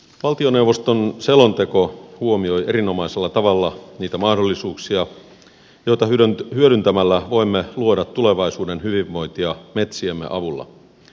valtioneuvoston selonteko huomioi erinomaisella tavalla niitä mahdollisuuksia joita hyödyntämällä voimme luoda tulevaisuuden hyvinvointia metsiemme avulla